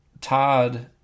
Todd